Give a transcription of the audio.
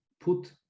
put